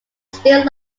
still